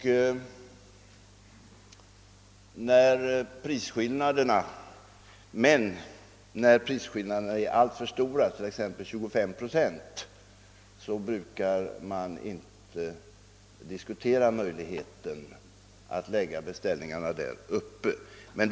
Men när prisskillnaderna är alltför stora och uppgår till t.ex. 25 procent av de aktuella beloppen brukar vi inte diskutera möjligheterna att lägga ut beställningar i Norrland.